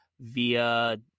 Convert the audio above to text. via